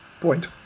point